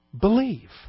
believe